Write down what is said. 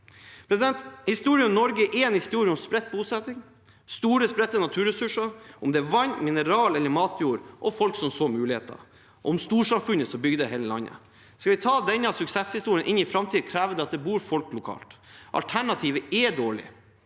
Historien om Norge er en historie om spredt bosetting, store spredte naturressurser, om det er vann, mineraler eller matjord, om folk som så muligheter, og om storsamfunnet som bygde hele landet. Skal vi ta denne suksesshistorien inn i framtiden, krever det at det bor folk lokalt. Alternativet er dårlig.